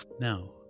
Now